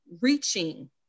reaching